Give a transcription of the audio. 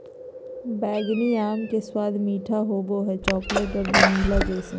बैंगनी आम के स्वाद मीठा होबो हइ, चॉकलेट और वैनिला जइसन